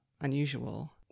unusual